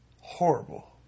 Horrible